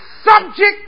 subject